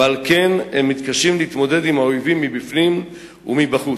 ועל כן הם מתקשים להתמודד עם האויבים מבפנים ומבחוץ.